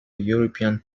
european